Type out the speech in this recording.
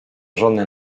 żonę